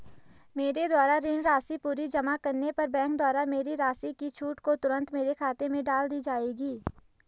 मेरे द्वारा ऋण राशि पूरी जमा करने पर बैंक द्वारा मेरी राशि की छूट को तुरन्त मेरे खाते में डाल दी जायेगी?